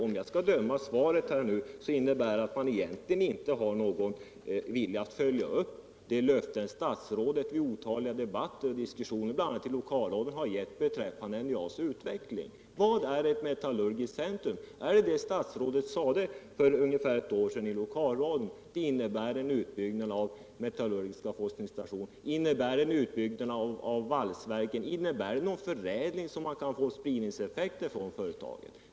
Om jag skall döma av svaret så innebär det att man egentligen inte har någon vilja att följa upp de löften statsrådet vid otaliga debatter och diskussioner, bl.a. i lokalradion, har gett beträffande NJA:s utveckling. Vad är ett metallurgiskt centrum? Är det vad statsrådet sade för ungefär ett år sedan i lokalradion? Innebär det en utbyggnad av metallurgiska forskningsstationen? Innebär det en utbyggnad av valsverket? Innebär det någon förädling så att man kan få spridningseffekter från företaget?